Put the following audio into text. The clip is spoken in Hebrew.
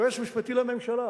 יועץ משפטי לממשלה